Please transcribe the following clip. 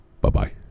Bye-bye